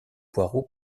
poireaux